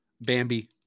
Bambi